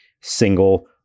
Single